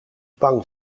bang